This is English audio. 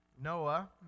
Noah